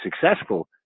successful